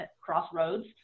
crossroads